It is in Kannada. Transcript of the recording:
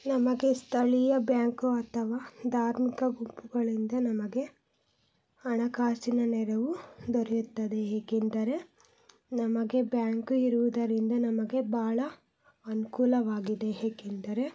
ನಮಗೆ ಸ್ಥಳೀಯ ಬ್ಯಾಂಕು ಅಥವಾ ಧಾರ್ಮಿಕ ಗುಂಪುಗಳಿಂದ ನಮಗೆ ಹಣಕಾಸಿನ ನೆರವು ದೊರೆಯುತ್ತದೆ ಹೇಗೆಂದರೆ ನಮಗೆ ಬ್ಯಾಂಕು ಇರುವುದರಿಂದ ನಮಗೆ ಭಾಳ ಅನುಕೂಲವಾಗಿದೆ ಹೇಗೆಂದರೆ